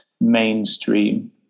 mainstream